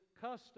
custom